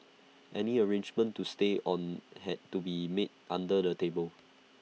any arrangement to stay on had to be made under the table